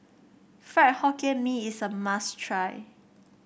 Fried Hokkien Mee is a must try